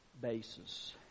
basis